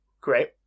Great